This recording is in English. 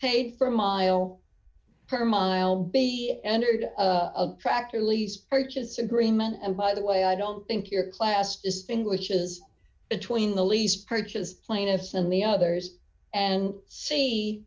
paid for a mile per mile entered a tractor lease purchase agreement and by the way i don't think your class distinguishes between the lease purchase plaintiffs and the others and see